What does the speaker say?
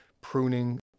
pruning